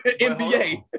NBA